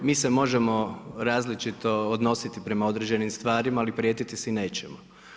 Mi se možemo različito odnositi prema određenim stvarima, ali prijetiti si nećemo.